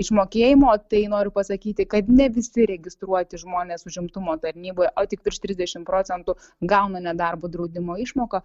išmokėjimo tai noriu pasakyti kad ne visi registruoti žmonės užimtumo tarnyboje o tik virš trisdešimt procentų gauna nedarbo draudimo išmoką